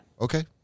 Okay